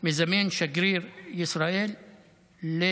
מזמן את שגריר ישראל לבירור.